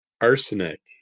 arsenic